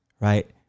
Right